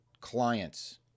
clients